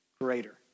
greater